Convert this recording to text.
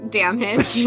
damage